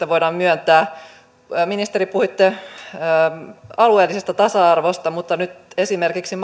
voidaan myöntää ministeri puhuitte alueellisesta tasa arvosta mutta nyt esimerkiksi